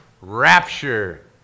rapture